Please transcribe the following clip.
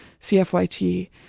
CFYT